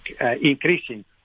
increasing